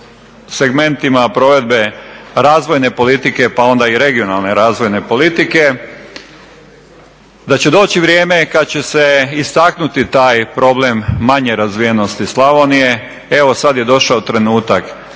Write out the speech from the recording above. segmentima provedbe razvojne politike, pa onda i regionalne razvojne politike, da će doći vrijeme kad će se istaknuti taj problem manje razvijenosti Slavonije. Evo sad je došao trenutak.